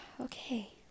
okay